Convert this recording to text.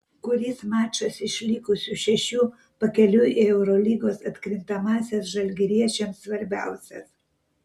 kuris mačas iš likusių šešių pakeliui į eurolygos atkrintamąsias žalgiriečiams svarbiausias